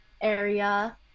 area